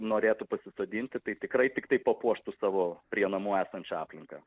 norėtų pasisodinti tai tikrai tiktai papuoštų savo prie namų esančią aplinką